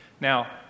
Now